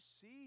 see